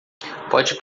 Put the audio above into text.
pode